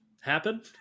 happen